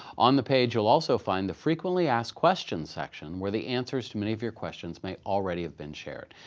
on the page, you'll also find the frequently asked questions section where the answers to many of your questions may already have been shared.